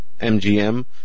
mgm